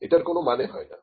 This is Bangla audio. এটার কোন মানে হয় না